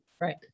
Right